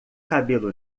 cabelo